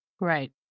Right